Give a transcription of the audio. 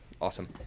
Awesome